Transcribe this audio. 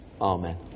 Amen